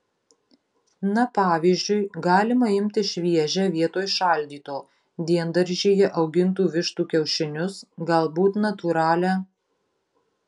na pavyzdžiui galima imti šviežią vietoj šaldyto diendaržyje augintų vištų kiaušinius galbūt natūralią